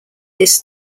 this